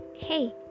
Hey